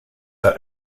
are